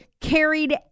carried